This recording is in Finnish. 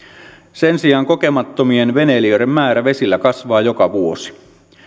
sen sijaan kokemattomien veneilijöiden määrä vesillä kasvaa joka vuosi